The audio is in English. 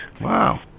wow